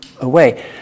away